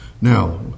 Now